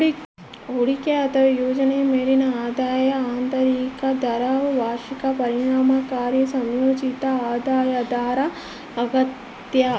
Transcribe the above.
ಹೂಡಿಕೆ ಅಥವಾ ಯೋಜನೆಯ ಮೇಲಿನ ಆದಾಯದ ಆಂತರಿಕ ದರವು ವಾರ್ಷಿಕ ಪರಿಣಾಮಕಾರಿ ಸಂಯೋಜಿತ ಆದಾಯ ದರ ಆಗ್ಯದ